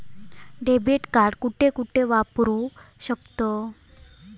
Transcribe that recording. Debit card कुठे कुठे वापरू शकतव?